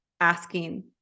asking